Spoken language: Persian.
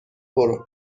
برو